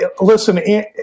listen